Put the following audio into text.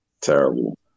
Terrible